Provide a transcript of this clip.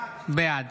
בעד